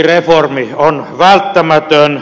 opintotukireformi on välttämätön